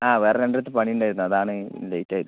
ആ വേറെ രണ്ടിടത്ത് പണിയുണ്ടായിരുന്നു അതാണ് ലേറ്റ് ആയത്